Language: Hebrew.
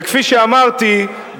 וכפי שאמרתי,